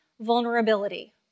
vulnerability